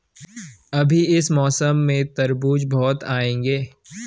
अभी इस मौसम में तरबूज बहुत आएंगे